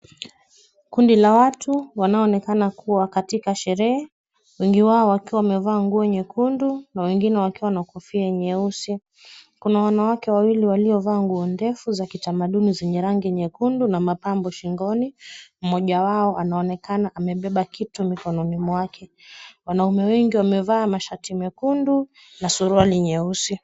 Kundi la watu wanaoonekana kuwa katika sherehe, wengi wao wakiwa wamevaa nguo nyekundu na wengi wao wakiwa wamevaa kofia nyusi. Kuna wanawake wawili waliovaa nguo ndefu za kiamaduni zenye rangi nyekundu na mapambo shingoni, mmoja wao anaonekana amebeba kitu mikononi mwake. Wanaume wengi wameva mashati mekundu na suruali nyeusi.